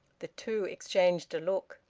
the two exchanged a look.